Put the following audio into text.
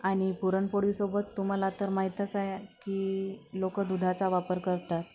आणि पुरणपोळी सोबत तुम्हाला तर माहीतच आहे की लोक दुधाचा वापर करतात